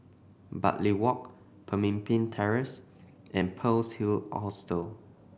Bartley Walk Pemimpin Terrace and Pearl's Hill Hostel